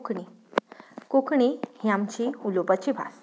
कोंकणी कोंकणी ही आमची उलोवपाची भास